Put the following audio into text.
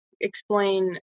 explain